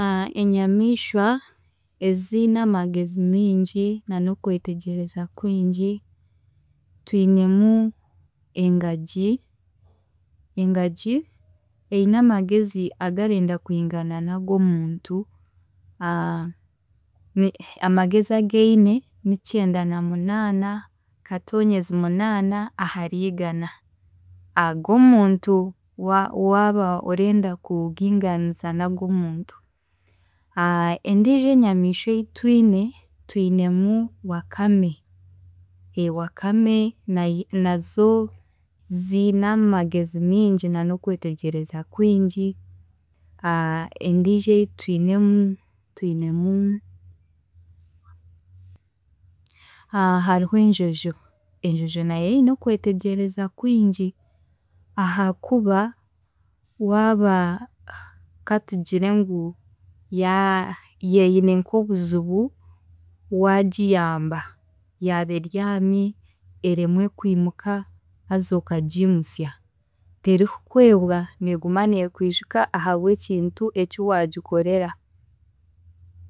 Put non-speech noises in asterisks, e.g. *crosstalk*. *hesitation* Enyamiishwa eziine amagezi mingi na n'okwetegyereza kwingi, twinemu engagi, engagi eine amagezi agarenda kwingana n'ag'omuntu. *hesitation* Amagezi agi eine ni kyenda na munaana katoonyezi munaana ahari igana ahag'omuntu waaba orenda kuuginganisa n'ag'omuntu. *hesitation* Endiijo enyamiishwa ei twine, twinemu wakame, *hesitation* wakame nayo nazo ziine amagezi mingi na n'okwetegyereza kwingi. *hesitation* Endiijo ei twinemu, twinemu *hesitation* hariho enjojo, enjojo nayo eine okwetegyereza kwingi, ahaakuba waaba katungire ngu yeeyine nk'obuzibu waagiyamba, yaaba ebyami eremwe kwimuka haza okagiimusya terikukwebwa, neeguma neekwijuka ahabw'ekintu eki waagikorera.